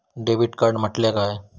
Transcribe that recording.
Debit card म्हटल्या काय?